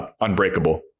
unbreakable